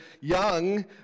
young